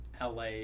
LA